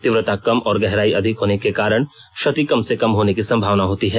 तीव्रता कम एवं गहराई अधिक होने के कारण क्षति कम से कम होने की संभावना होती है